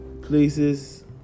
places